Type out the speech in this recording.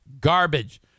garbage